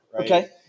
Okay